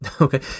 Okay